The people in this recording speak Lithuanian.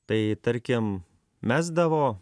tai tarkim mesdavo